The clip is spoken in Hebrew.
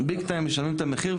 ביג טיים משלמים את המחיר.